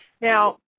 Now